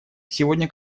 сегодня